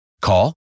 Call